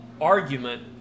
argument